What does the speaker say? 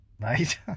right